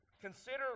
consider